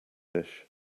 dish